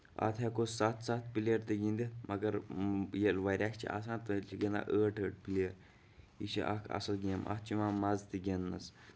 اتھ ہیٚکو سَتھ سَتھ پٕلیر تہِ گِندِتھ مَگر ییٚلہِ واریاہ چھِ آسان تیٚلہِ چھِ گِندان ٲٹھ ٲٹھ پٕلیر یہِ چھِ اکھ اَصٕل گیم اَتھ چھُ یِوان مَزٕ تہِ گِندنَس